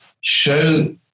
show